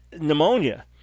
pneumonia